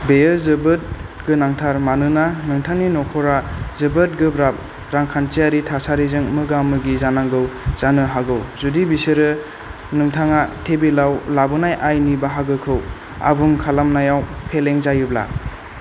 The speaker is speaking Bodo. बेयो जोबोद गोनांथार मानोना नोंथांनि नखरा जोबोद गोब्राब रांखान्थियारि थासारिजों मोगा मोगि जानांगौ जानो हागौ जुदि बिसोरो नोंथाङा टेबिलाव लाबोनाय आयनि बाहागोखौ आबुं खालामनायाव फेलें जायोब्ला